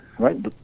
right